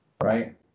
right